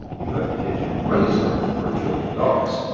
you have to get your money's worth for a trillion dollars.